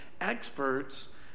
experts